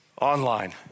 online